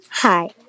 Hi